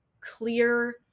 clear